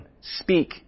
speak